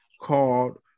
called